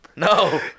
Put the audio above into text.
No